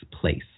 place